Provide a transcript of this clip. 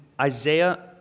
Isaiah